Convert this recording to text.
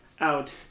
Out